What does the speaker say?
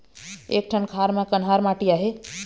एक ठन खार म कन्हार माटी आहे?